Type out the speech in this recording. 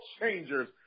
changers